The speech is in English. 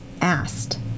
asked